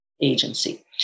agency